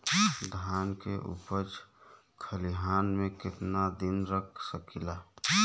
धान के उपज खलिहान मे कितना दिन रख सकि ला?